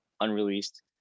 unreleased